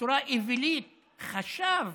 בצורה אווילית, חשב